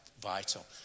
vital